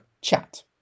chat